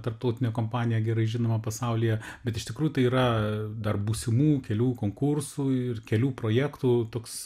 tarptautinė kompanija gerai žinoma pasaulyje bet iš tikrųjų tai yra dar būsimų kelių konkursų ir kelių projektų toks